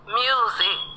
music